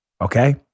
Okay